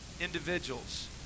individuals